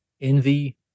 Envy